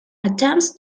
attempts